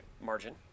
margin